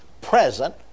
present